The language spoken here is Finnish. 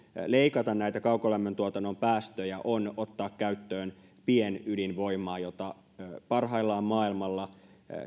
leikata näitä kaukolämmöntuotannon päästöjä on ottaa käyttöön pienydinvoimaa jota parhaillaan maailmalla